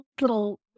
little